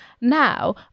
now